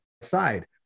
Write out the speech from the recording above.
side